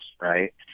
right